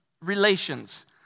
Relations